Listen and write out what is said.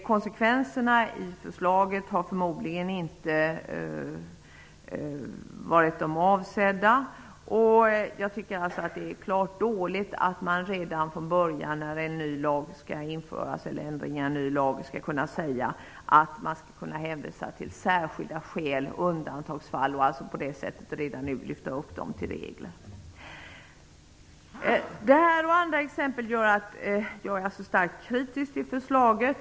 Konsekvenserna av förslaget har förmodligen inte varit de avsedda, och jag tycker att det är klart dåligt att man redan när en ny lag införs hänvisar till ''särskilda skäl'' och undantagsfall och redan nu lyfter upp dem till regel. Detta och annat gör att jag är starkt kritisk till förslaget.